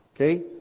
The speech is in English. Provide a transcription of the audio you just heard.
Okay